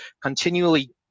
continually